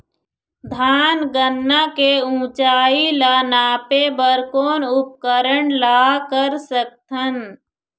धान गन्ना के ऊंचाई ला नापे बर कोन उपकरण ला कर सकथन?